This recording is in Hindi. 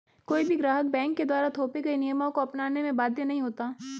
कोई भी ग्राहक बैंक के द्वारा थोपे गये नियमों को अपनाने में बाध्य नहीं होता